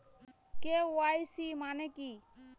KYC মানে কি?